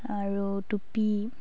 আৰু টুপি